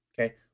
Okay